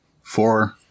Four